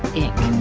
inc.